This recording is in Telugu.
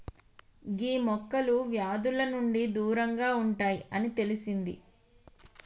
గీ మొక్కలు వ్యాధుల నుండి దూరంగా ఉంటాయి అని తెలిసింది